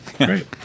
Great